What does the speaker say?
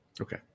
okay